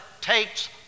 takes